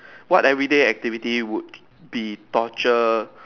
what everyday activity would be torture